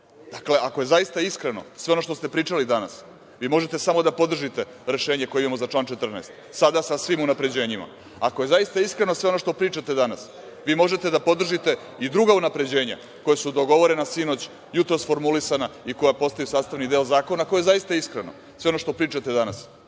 odbora. Dakle, ako je zaista iskreno, svo ono što ste pričali danas, vi možete samo da podržite rešenje koje imamo za član 14. sada svim unapređenjima. Ako je zaista iskreno sve ono što pričate danas, vi možete da podržite i druga unapređenja koja su dogovorena sinoć, jutros formulisana i koja postaju sastavni deo zakona. Ako je zaista iskreno, sve ono što pričate danas,